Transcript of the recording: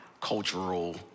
cultural